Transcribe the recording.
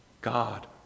God